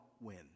win